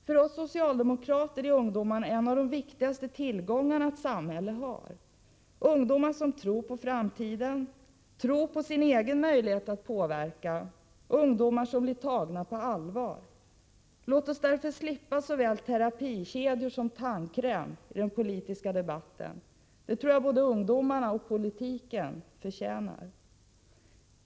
För oss socialdemokrater är ungdomar en av de viktigaste tillgångar ett samhälle har — ungdomar som tror på framtiden och på sin egen möjlighet att påverka sin vardag, ungdomar som blir tagna på allvar. Låt oss därför slippa såväl terapikedjor som tandkräm i den politiska debatten! Det tror jag både ungdomarna och politiken förtjänar.